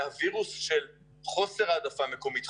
הווירוס של חוסר העדפה מקומית,